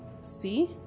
see